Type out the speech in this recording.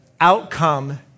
outcome